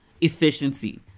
efficiency